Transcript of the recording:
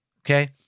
okay